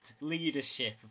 leadership